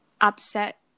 upset